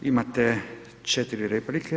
Imate 4 replike.